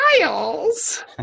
Miles